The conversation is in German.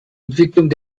entwicklung